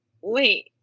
Wait